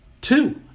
Two